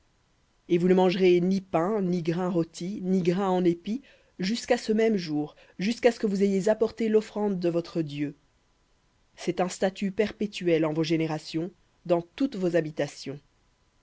et vous ne mangerez ni pain ni grain rôti ni grain en épi jusqu'à ce même jour jusqu'à ce que vous ayez apporté l'offrande de votre dieu un statut perpétuel en vos générations dans toutes vos habitations